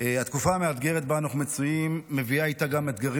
התקופה המאתגרת שבה אנו מצויים מביאה איתה גם אתגרים